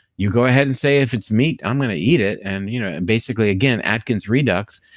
you go ahead and say, if it's meat, i'm going to eat it. and you know and basically again, atkins redux,